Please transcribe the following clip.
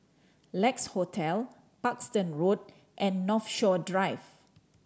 Lex Hotel Parkstone Road and Northshore Drive